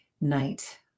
night